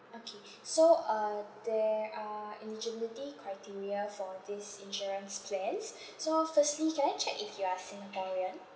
okay so uh there are eligibility criteria for these insurance plans so firstly can I check if you are singaporean